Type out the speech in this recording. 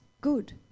good